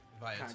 via